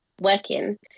working